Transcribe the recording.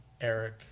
Eric